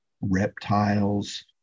reptiles